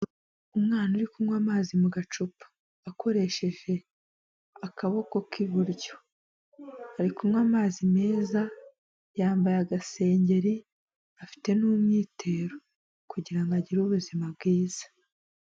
Umwana uri kunywa amazi mu gacupa akoresheje akaboko k'iburyo ari kunywa amazi meza, yambaye agaseri afite n'umwitero kugira ngo agire ubuzima bwiza.